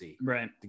right